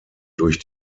durch